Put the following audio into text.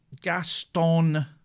Gaston